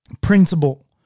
principle